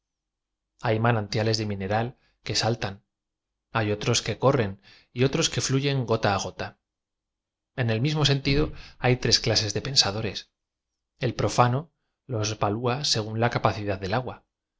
ay manantiales de mineral que saltan hay otros que corren y otros que fluyen gota á gota en e l m is mo sentido hay tres clases de pensadores e l profano los valúa según la capacidad del agua